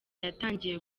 yatangiye